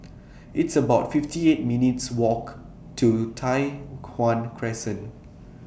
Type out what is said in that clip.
It's about fifty eight minutes' Walk to Tai Hwan Crescent